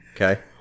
Okay